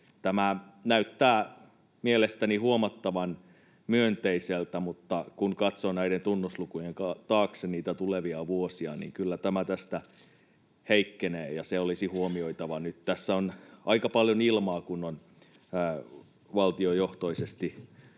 Tämä näyttää mielestäni huomattavan myönteiseltä, mutta kun katsoo näiden tunnuslukujen taakse niitä tulevia vuosia, kyllä tämä tästä heikkenee, ja se olisi huomioitava nyt. Tässä on aika paljon ilmaa, kun valtiojohtoisesti